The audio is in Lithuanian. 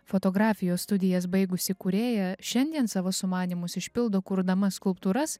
fotografijos studijas baigusi kūrėja šiandien savo sumanymus išpildo kurdama skulptūras